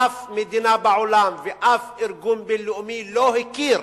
אף מדינה בעולם ואף ארגון בין-לאומי לא הכיר